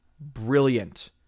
Brilliant